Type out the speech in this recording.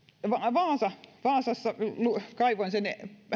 vaasa vaasa kaivoin sen